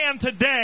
today